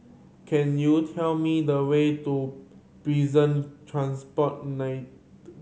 can you tell me the way to Prison Transport